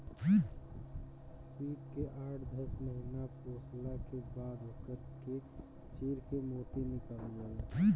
सीप के आठ दस महिना पोसला के बाद ओकरा के चीर के मोती निकालल जाला